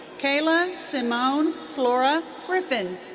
caylah simone flora griffin.